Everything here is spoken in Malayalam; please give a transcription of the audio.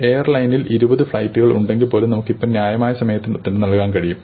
എയർലൈനിൽ ഇരുപത് ഫ്ലൈറ്റുകൾ ഉണ്ടെങ്കിൽപ്പോലും നമുക്ക് ഇപ്പോഴും ന്യായമായ സമയത്ത് ഉത്തരം നൽകാൻ കഴിയും